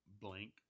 blank